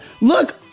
look